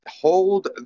Hold